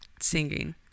singing